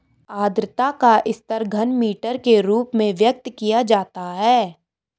आद्रता का स्तर घनमीटर के रूप में व्यक्त किया जाता है